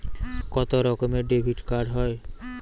কত রকমের ডেবিটকার্ড হয়?